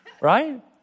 right